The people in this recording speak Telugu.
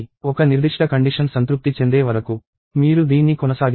ఒక నిర్దిష్ట కండిషన్ సంతృప్తి చెందే వరకు మీరు దీన్ని కొనసాగించండి